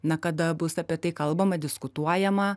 na kada bus apie tai kalbama diskutuojama